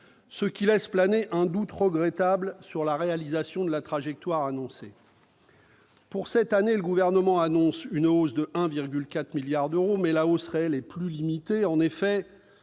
ce qui laisse planer un doute regrettable quant au respect de la trajectoire annoncée. Pour cette année, le Gouvernement annonce une progression de 1,4 milliard d'euros, mais la hausse réelle est plus limitée. En effet,